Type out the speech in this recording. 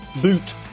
Boot